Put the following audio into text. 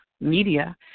media